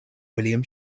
william